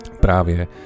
právě